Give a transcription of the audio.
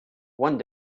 one